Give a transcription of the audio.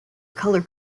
color